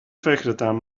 فکرتم